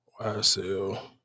YSL